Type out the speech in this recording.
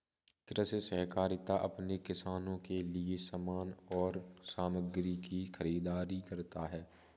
कृषि सहकारिता अपने किसानों के लिए समान और सामग्री की खरीदारी करता है